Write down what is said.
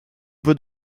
peut